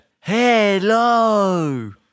Hello